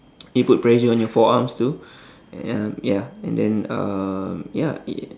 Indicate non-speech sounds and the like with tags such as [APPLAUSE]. [NOISE] it put pressure on your forearms too and um ya and then um ya it